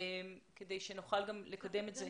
כדי שנוכל לקדם את זה.